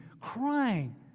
crying